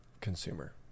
Consumer